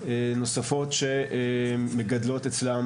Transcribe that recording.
נוספות שמגדלות אצלן